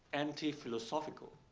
anti philosophical.